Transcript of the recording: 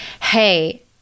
Hey